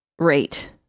Rate